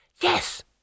Yes